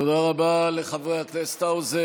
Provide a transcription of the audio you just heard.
תודה רבה לחבר הכנסת האוזר.